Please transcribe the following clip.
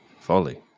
Folly